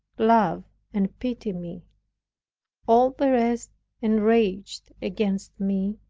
love and pity me all the rest enraged against me,